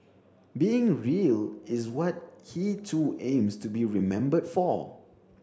being real is what he too aims to be remembered for